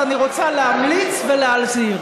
אז אני רוצה להמליץ ולהזהיר.